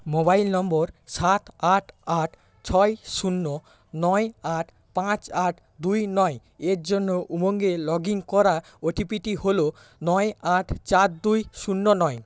mobile নম্বর সাত আট আট ছয় শূন্য নয় আট পাঁচ আট দুই নয় এর জন্য উমঙ্গে লগ ইন করার ওটিপিটি হল নয় আট চার দুই শূন্য নয়